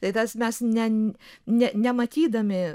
tai tas mes ne ne nematydami